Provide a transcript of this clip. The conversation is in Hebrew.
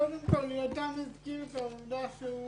קודם כל, יותם הזכיר את העבודה שהוא